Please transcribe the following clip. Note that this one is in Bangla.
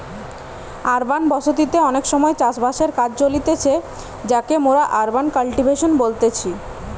আরবান বসতি তে অনেক সময় চাষ বাসের কাজ চলতিছে যাকে মোরা আরবান কাল্টিভেশন বলতেছি